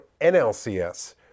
NLCS